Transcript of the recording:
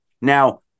Now